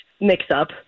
mix-up